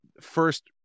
first